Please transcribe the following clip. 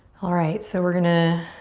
alright, so we're gonna